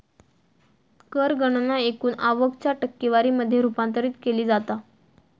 कर गणना एकूण आवक च्या टक्केवारी मध्ये रूपांतरित केली जाता